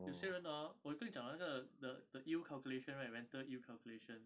有些人 hor 我有跟你讲那个 the the ill calculation right mental ill calculation